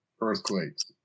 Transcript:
earthquakes